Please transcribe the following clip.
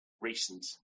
recent